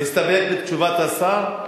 להסתפק בתשובת השר?